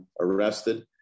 arrested